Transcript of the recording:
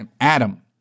Adam